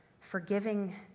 forgiving